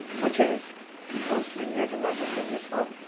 which is those three years are not just gonna be as fun.